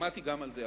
שמעתי גם על זה.